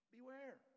Beware